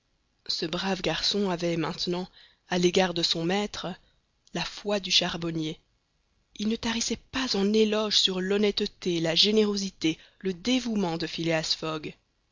ce brave garçon avait maintenant à l'égard de son maître la foi du charbonnier il ne tarissait pas en éloges sur l'honnêteté la générosité le dévouement de